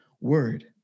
word